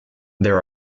there